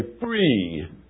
free